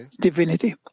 divinity